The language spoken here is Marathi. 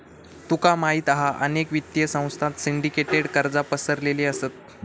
तुका माहित हा अनेक वित्तीय संस्थांत सिंडीकेटेड कर्जा पसरलेली असत